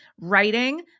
writing